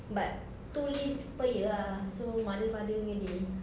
but two leave per year ah so mother father punya day